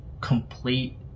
complete